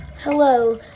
Hello